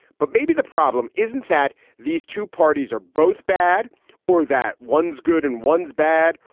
but maybe the problem isn't that these two parties are both bad or that one's good and one's bad,